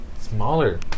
smaller